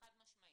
חד משמעית.